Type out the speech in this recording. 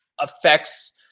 affects –